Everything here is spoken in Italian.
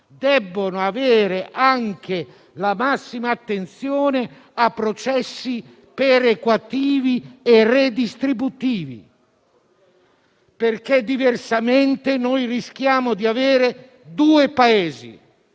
debbono prestare la massima attenzione anche ai processi perequativi e redistributivi, perché - diversamente - rischiamo di avere due Paesi.